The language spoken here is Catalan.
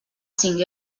cinc